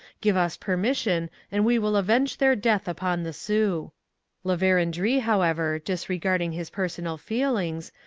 give us permission and we will avenge their death upon the sioux la verendrye, however, disregarding his personal feelings,